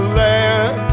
land